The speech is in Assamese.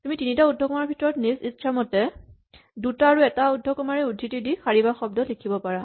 তুমি তিনিটা উদ্ধকমা চিনৰ ভিতৰত নিজ ইচ্ছামতে দুটা আৰু এটা উদ্ধকমা ৰে উদ্ধৃতি দি শাৰী বা শব্দ লিখিব পাৰা